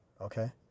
Okay